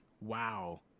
Wow